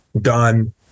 done